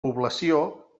població